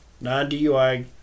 non-DUI